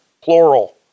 Plural